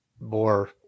more